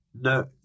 no